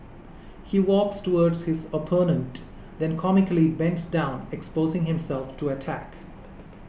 he walks towards his opponent then comically bends down exposing himself to attack